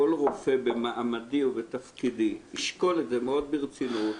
כל רופא במעמדי או בתפקידי ישקול את זה מאוד ברצינות,